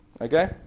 Okay